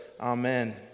Amen